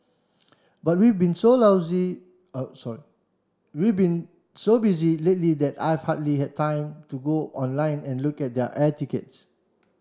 but we've been so but we've been so busy lately that I've hardly had time to go online and look at the air tickets